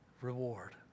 reward